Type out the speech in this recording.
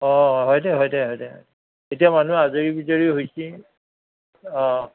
অঁ হয় দে হয় দে হয় দে এতিয়া মানুহ আজৰি বিজৰি হৈছে অঁ